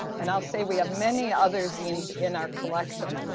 and i'll say we have many other zines in our collection.